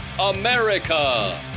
America